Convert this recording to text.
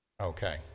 Okay